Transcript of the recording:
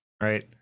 right